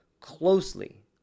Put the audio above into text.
closely